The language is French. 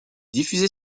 diffusé